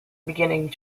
beginning